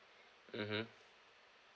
mmhmm